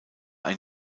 ein